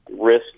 risk